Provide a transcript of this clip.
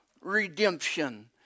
redemption